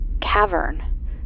cavern